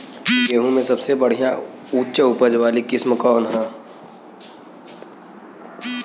गेहूं में सबसे बढ़िया उच्च उपज वाली किस्म कौन ह?